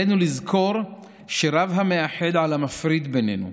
עלינו לזכור שרב המאחד על המפריד בינינו.